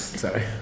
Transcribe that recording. sorry